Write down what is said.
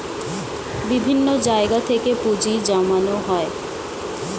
বিভিন্ন জায়গা থেকে পুঁজি জমানো হয়